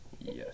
Yes